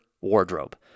wardrobe